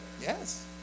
yes